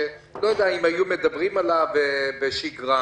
שאני לא יודע אם היו מדברים עליו בשגרה.